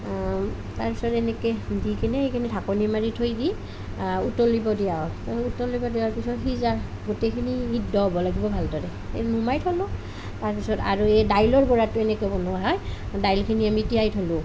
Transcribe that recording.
তাৰ পিছত এনেকৈ দি কিনে সেইখিনি ঢাকনী মাৰি থৈ দি উতলিব দিয়া হয় উতলিব দিয়াৰ পাছত সিজা গোটেইখিনি সিদ্ধ হ'ব লাগিব ভালদৰে নুমাই থলোঁ তাৰপিছত আৰু এই দাইলৰ বৰাটো এনেকৈ বনোৱা হয় দাইলখিনি আমি তিয়াই থলোঁ